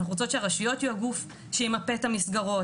אנחנו רוצות שהרשויות יהיה גוף שימפה את המסגרות,